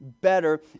better